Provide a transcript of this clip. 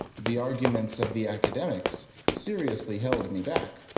the arguments of the academics seriously held me back.